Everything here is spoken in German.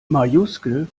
majuskel